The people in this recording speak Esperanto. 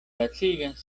lacigas